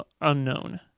unknown